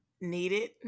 needed